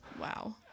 wow